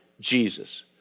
Jesus